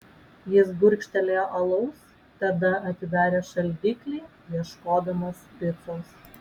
jis gurkštelėjo alaus tada atidarė šaldiklį ieškodamas picos